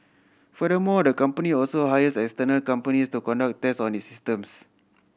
furthermore the company also hires external companies to conduct tests on its systems